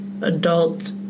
adult